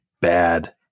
bad